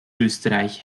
österreich